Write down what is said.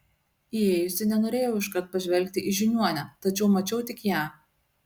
įėjusi nenorėjau iškart pažvelgti į žiniuonę tačiau mačiau tik ją